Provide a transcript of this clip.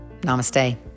Namaste